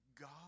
God